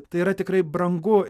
tai yra tikrai brangu